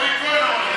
העבריין הזה, תירגע.